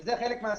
זה חלק מהסיבה.